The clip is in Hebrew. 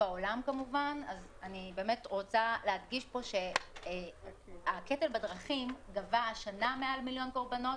אני רוצה להדגיש פה שהקטל בדרכים גבה השנה מעל מיליון קורבנות,